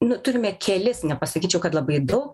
nu turime kelis nepasakyčiau kad labai daug